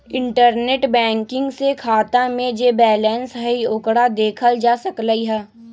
internet banking से खाता में जे बैलेंस हई ओकरा देखल जा सकलई ह